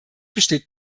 besteht